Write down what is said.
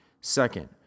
Second